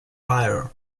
biro